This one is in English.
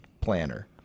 planner